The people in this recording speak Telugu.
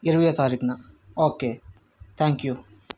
ఇరవైయో తారీఖున ఓకే థ్యాంక్ యూ